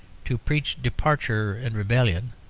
to preach departure and rebellion,